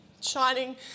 shining